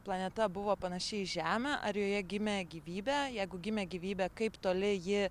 planeta buvo panaši į žemę ar joje gimė gyvybė jeigu gimė gyvybė kaip toli ji